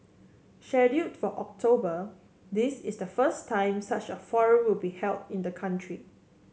scheduled for October this is the first time such a forum will be held in the country